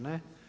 Ne.